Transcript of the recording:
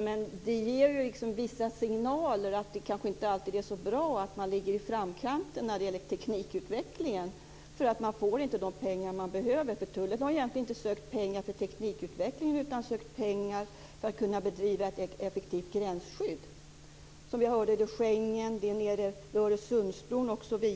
men det ger vissa signaler att det kanske inte alltid är så bra att ligga i frontlinjen när det gäller teknikutvecklingen, för då får man inte de pengar man behöver. Tullen har egentligen inte sökt pengar för teknikutveckling utan sökt pengar för att kunna ge ett effektivt gränsskydd i samband med Schengen, Öresundsbron osv.